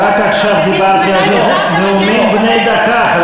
רק עכשיו דיברתי על זה, זה נאומים בני דקה.